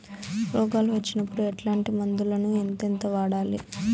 రోగాలు వచ్చినప్పుడు ఎట్లాంటి మందులను ఎంతెంత వాడాలి?